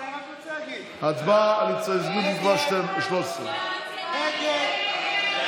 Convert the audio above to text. ההסתייגות (13) של קבוצת סיעת הליכוד,